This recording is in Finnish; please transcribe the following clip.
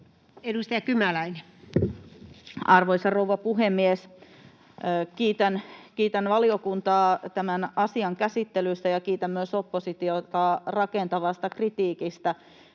18:07 Content: Arvoisa rouva puhemies! Kiitän valiokuntaa tämän asian käsittelystä ja kiitän myös oppositiota rakentavasta kritiikistä.